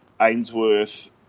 Ainsworth